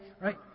right